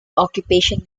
occupation